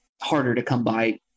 harder-to-come-by